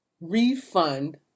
refund